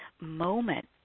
moment